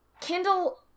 Kindle